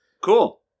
Cool